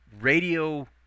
radio